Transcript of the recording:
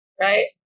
right